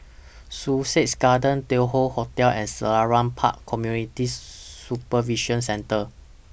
Sussex Garden Tai Hoe Hotel and Selarang Park Community Supervision Centre